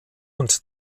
und